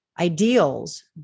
ideals